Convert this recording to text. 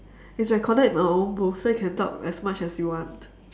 it's recorded in our own booth so you can talk as much as you want